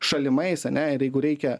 šalimais ane ir jeigu reikia